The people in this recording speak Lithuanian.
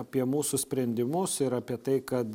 apie mūsų sprendimus ir apie tai kad